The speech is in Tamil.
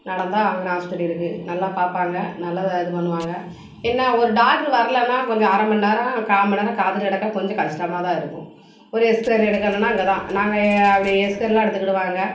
நடந்தால் அங்கன்னா ஆஸ்பத்திரி இருக்குது நல்லா பார்ப்பாங்க நல்லா தான் இது பண்ணுவாங்க என்ன ஒரு டாக்டரு வர்லைன்னா கொஞ்சம் அரை மணிநேரம் கால் மணிநேரம் காத்துகிட்டு கிடக்க கொஞ்சம் கஸ்டமாக தான் இருக்கும் ஒரு எஸ்க்ரே எடுக்கணும்னா அங்கே தான் நாங்கள் அப்படி எஸ்க்ரேயெலாம் எடுத்துக்கிடுவாங்க